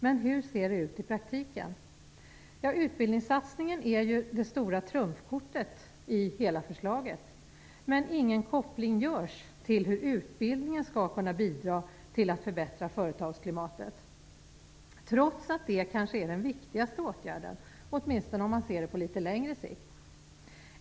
Men hur ser det ut i praktiken? Utbildningssatsningen är ju det stora trumfkortet i hela förslaget. Men ingen koppling görs till hur utbildningen skall kunna bidra till att förbättra företagsklimatet - trots att det kanske är den viktigaste åtgärden, åtminstone på litet längre sikt.